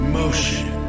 motion